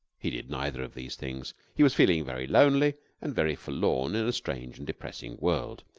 he did neither of these things. he was feeling very lonely and very forlorn in a strange and depressing world,